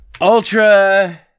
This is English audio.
Ultra